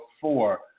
four